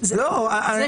אני